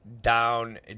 Down